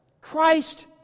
Christ